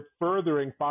furthering